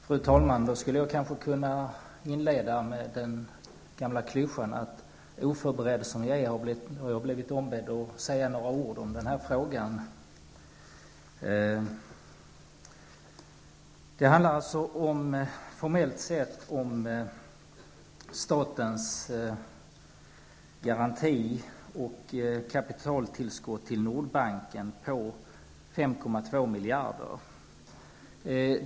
Fru talman! Jag skulle kunna inleda med den gamla klyschan att ''oförberedd som jag är har jag blivit ombedd att säga några ord i den här frågan''. Det handlar alltså formellt sett om statens garanti och om ett kapitaltillskott till Nordbanken på 5,2 miljarder.